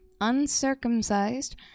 uncircumcised